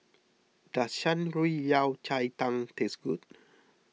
does Shan Rui Yao Cai Tang taste good